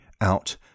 out